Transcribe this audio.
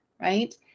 right